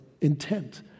intent